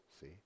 See